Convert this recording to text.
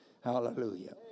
Hallelujah